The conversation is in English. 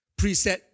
preset